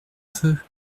feu